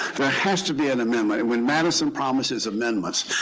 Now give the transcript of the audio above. there has to be an amendment. and when madison promises amendments,